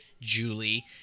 Julie